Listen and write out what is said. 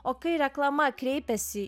o kai reklama kreipiasi